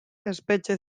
espetxe